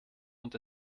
und